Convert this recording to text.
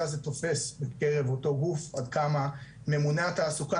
הזה תופס בקרב אותו גוף עד כמה ממונה התעסוקה,